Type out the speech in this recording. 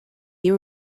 you